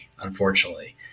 unfortunately